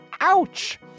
Ouch